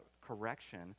correction